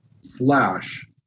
slash